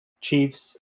Chiefs